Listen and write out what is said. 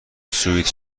سویت